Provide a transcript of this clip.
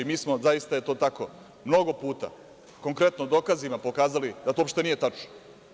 I mi smo, zaista je to tako, mnogo puta, konkretno, dokazima pokazali da to uopšte nije tačno.